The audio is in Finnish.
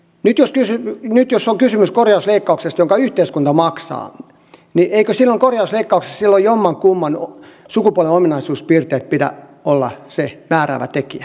nyt jos on kysymys korjausleikkauksesta jonka yhteiskunta maksaa niin eikö silloin korjausleikkauksessa jommankumman sukupuolen ominaisuuspiirteiden pidä olla se määräävä tekijä